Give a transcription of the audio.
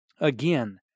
Again